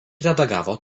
redagavo